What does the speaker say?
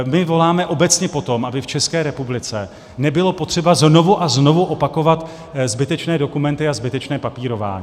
My voláme obecně po tom, aby v České republice nebylo potřeba znovu a znovu opakovat zbytečné dokumenty a zbytečné papírování.